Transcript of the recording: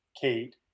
Kate